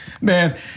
Man